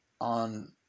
on